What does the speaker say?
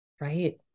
Right